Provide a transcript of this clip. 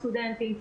הסטודנטים.